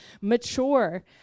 mature